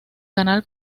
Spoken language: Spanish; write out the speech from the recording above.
canal